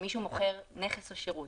כשמישהו מוכר נכס או שירות,